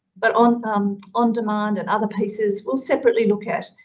but on um on demand and other pieces we'll separately look at.